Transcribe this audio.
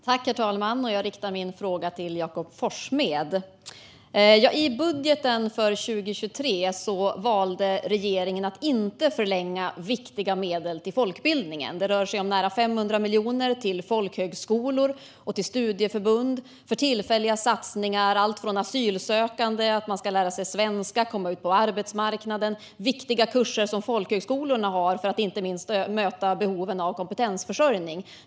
Herr talman! Jag riktar min fråga till Jakob Forssmed. I budgeten för 2023 valde regeringen att inte förlänga viktiga medel till folkbildningen. Det rör sig om nära 500 miljoner till folkhögskolor och studieförbund för tillfälliga satsningar, alltifrån att asylsökande ska lära sig svenska för att komma ut på arbetsmarknaden till viktiga kurser som folkhögskolorna har för att inte minst möta behoven av kompetensförsörjning.